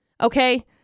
Okay